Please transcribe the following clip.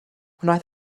wnaeth